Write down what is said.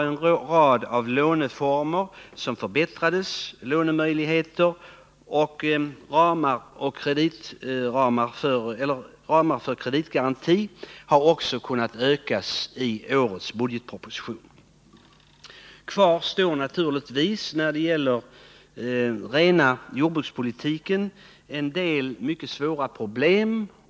En rad låneformer har förbättrats. Lånemöjligheter och ramar för kreditgaranti har också kunnat ökas i årets budgetproposition. Kvar står naturligtvis när det gäller den rena jordbrukspolitiken en del mycket svåra problem.